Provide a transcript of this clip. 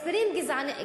הסברים גזעניים,